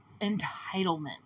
entitlement